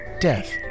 death